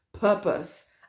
purpose